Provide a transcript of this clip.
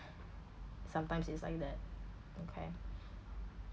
sometimes it's like that okay